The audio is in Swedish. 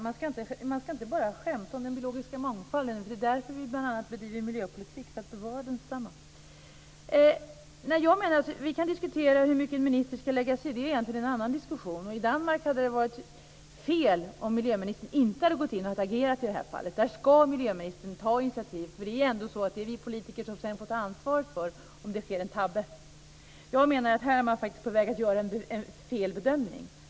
Fru talman! Man ska inte skämta om den biologiska mångfalden. Vi bedriver miljöpolitik bl.a. för att bevara densamma. Jag menar att vi kan visst diskutera hur mycket en minister ska lägga sig i, även om det egentligen är en annan diskussion. I Danmark hade det varit fel om miljöministern inte hade agerat i ett sådant här fall. Där ska miljöministern ta initiativet, för det är ändå politikerna som får ta ansvaret om det görs en tabbe. Jag menar att man här faktiskt är på väg att göra en felbedömning.